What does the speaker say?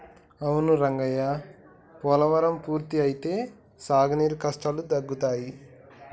అవును రంగయ్య పోలవరం పూర్తి అయితే సాగునీరు కష్టాలు తగ్గుతాయి